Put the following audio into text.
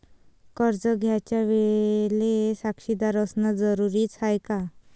कर्ज घ्यायच्या वेळेले साक्षीदार असनं जरुरीच हाय का?